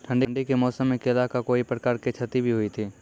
ठंडी के मौसम मे केला का कोई प्रकार के क्षति भी हुई थी?